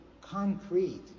concrete